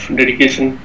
dedication